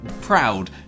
proud